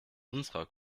unserer